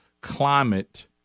climate